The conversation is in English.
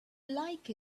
like